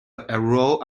arrow